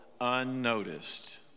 unnoticed